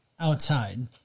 Outside